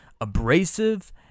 abrasive